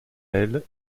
aile